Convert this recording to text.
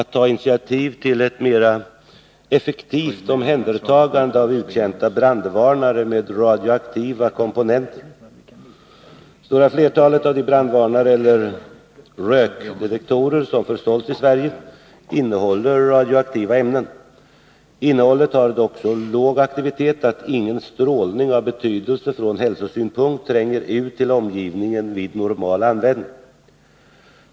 Herr talman! Pär Granstedt har frågat mig om jag är beredd att ta initiativ till ett mer effektivt omhändertagande av uttjänta brandvarnare med radioaktiva komponenter. Det stora flertalet av de brandvarnare eller rökdetektorer som försålts i Sverige innehåller radioaktiva ämnen. Innehållet har dock så låg aktivitet att ingen strålning av betydelse från hälsosynpunkt tränger ut till omgivningen vid normal användning.